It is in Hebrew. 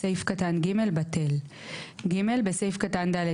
סעיף קטן (ג) בטל ; (ג) בסעיף קטן (ד),